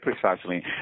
precisely